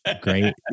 Great